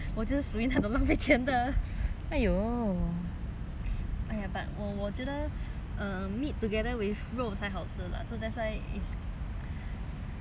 !aiya! but 我我觉得 meat together with 肉才好吃 lah so that's why meat also also 好吃